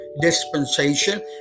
dispensation